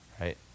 right